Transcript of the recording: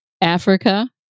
Africa